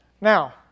Now